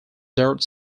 dirt